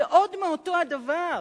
זה עוד מאותו הדבר.